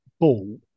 ball